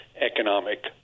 economic